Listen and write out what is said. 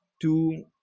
two